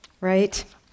Right